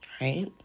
right